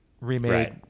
remade